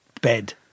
bed